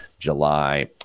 July